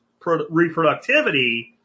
reproductivity